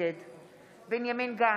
נגד בנימין גנץ,